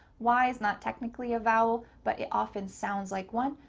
why is not technically a vowel, but it often sounds like one.